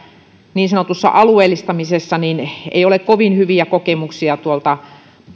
niin sanotusta alueellistamisesta ei ole kovin hyviä kokemuksia tuolta